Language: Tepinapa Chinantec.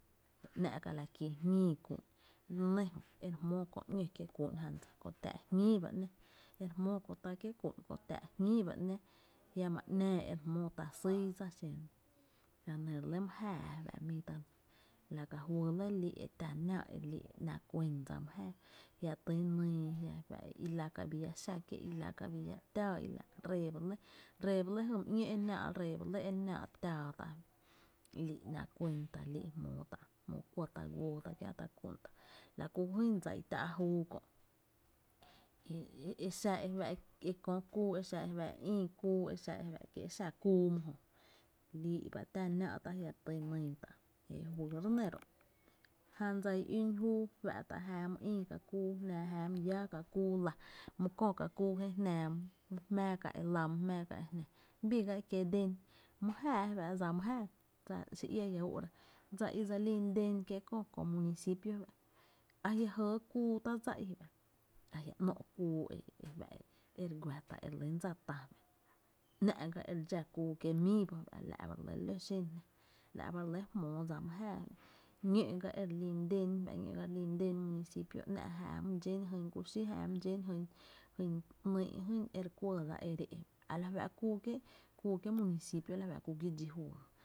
A jiá’ ´nⱥ’ ka la kí jñíi kú’n re nɇ jö e re jmóo kö ‘ñó kiee’ kú’n dsa kö tää’ jñíi ba ‘nⱥⱥ e re jmóo kö tá kiee’ kú’n, kö tá’ jñíi ba ‘nⱥⱥ, jiama ‘nⱥⱥ e re jmóo tá sýy dsa i xen re nɇ la nɇ re lɇ my jáa fá’ mii tá’ dsa, la ka juý lɇ lii’ e ‘nⱥ kuén dsa my jáaá, jia’ tý nyy jia’ fá’ i la ka bii llá xá kié’ i la ka’ bi lla tⱥⱥ i la, ree ba lɇ, ree b lɇ jy mý ‘ñó enáá’ re ba lɇ e naá´’ tⱥⱥ tá’ elii’ náá kuɇn tá’ elii’ jmóó tá’ e kuɇ guoo tá’ kiä’ tá’ kú’n tá’, la ku jyn tá’ i tⱥ’ júu kö’ e xa e fá’ ekö kuu e xa e fa’ e ïï kuu ki e xa kuu my jö lii’ ba tⱥ nⱥⱥ’ tá’ jia’ ty nýy tá’ jé juyy re nɇ ro’ jan dsa i ü’ júú fá’ta’ jää my ïï ka jnⱥⱥ jáa my lláá ka’ kuu lⱥ my kö ká’ kuu je jnⱥⱥ my jmⱥⱥ ká’ e lⱥ my jmⱥⱥ ka’ bii ga e kiee’ den my jáa dsa my jáaá fá’ xi iá ia ú’ra dse lín den ki’en kö municipio fá’ ajia’ jɇɇ kuu tá’ dsa i fá’ a jia’ ´nó’ kuu e fa’ e re guⱥ tá’ e re lýn dsa tá ‘nⱥ’ ga e re dxá kuu kié’ mií ba ba fá’ la’ ba re lɇ ló xen jná, la’ ba re lɇ jmóo dsa my jáa fa’, ñó’ ga e re lin den fá’, ñó’ ga e re lin den municipio, ‘nⱥ’ e jáa my dxén jyn ku xí jyn jyn ‘nyy’ jýn e re kuɇɇ dsa e re éé’ a la fá’ kuu kié’ municpio a la fá’ kuu kié’ dxi juyy